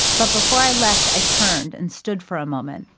but before i left, i turned and stood for a moment,